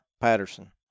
Patterson